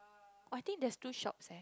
I think there's two shops